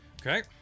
Okay